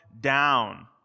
down